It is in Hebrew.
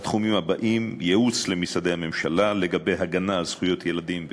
בתחומים הבאים: ייעוץ למשרדי הממשלה לגבי הגנה על זכויות ילדים וקידומן,